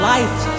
Life